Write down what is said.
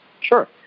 Sure